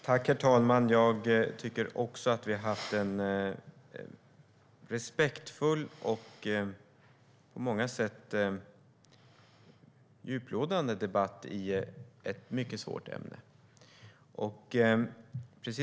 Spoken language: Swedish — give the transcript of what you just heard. Herr talman! Jag tycker också att vi har haft en respektfull och på många sätt djuplodande debatt i ett mycket svårt ämne.